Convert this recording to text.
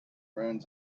ruins